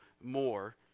more